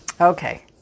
Okay